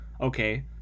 Okay